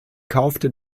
kaufte